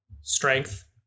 strength